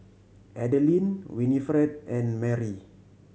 Adelyn Winifred and Marry